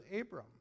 Abram